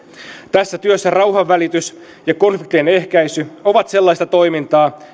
tässä työssä rauhanvälitys ja konfliktien ehkäisy ovat sellaista toimintaa